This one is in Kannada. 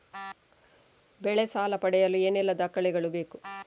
ಬೆಳೆ ಸಾಲ ಪಡೆಯಲು ಏನೆಲ್ಲಾ ದಾಖಲೆಗಳು ಬೇಕು?